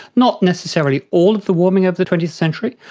not necessarily all of the warming of the twentieth century,